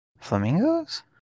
Flamingos